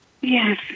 Yes